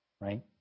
right